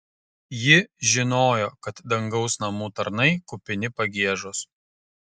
ji žinojo kad dangaus namų tarnai kupini pagiežos